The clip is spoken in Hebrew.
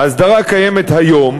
ההסדרה הקיימת היום,